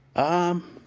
um,